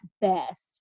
best